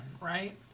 right